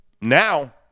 Now